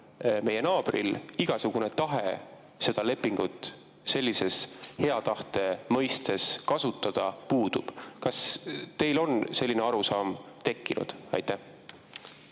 meie naabril, puudub igasugune tahe seda lepingut hea tahte mõistes kasutada? Kas teil on selline arusaam tekkinud? Aitäh,